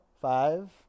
Five